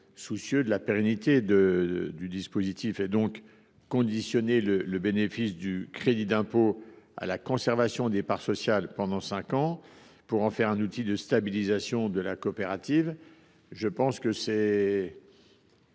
soucieux de la pérennité du dispositif. Par conséquent, conditionner le bénéfice du crédit d’impôt à la conservation des parts sociales pendant cinq ans pour en faire un outil de stabilisation de la coopérative paraît soit